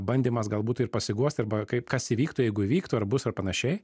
bandymas galbūt ir pasiguost arba kaip kas įvyktų jeigu įvyktų ar bus ar panašiai